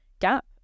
gap